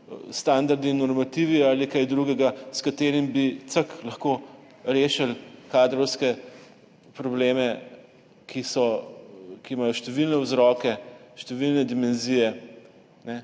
standardi in normativi ali kaj drugega, s katerimi bi lahko na hitro rešili kadrovske probleme, ki imajo številne vzroke, številne dimenzije.